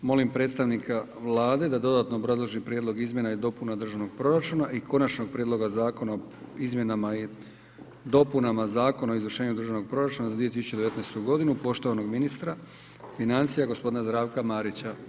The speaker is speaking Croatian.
Molim predstavnika Vlade da dodatno obrazloži Prijedlog izmjena i dopuna Državnog proračuna i Konačnog prijedloga zakona o izmjenama i dopunama Zakona o izvršavanju Državnog proračuna za 2019. godinu, poštovanog ministra financija g. Zdravka Marića.